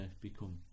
become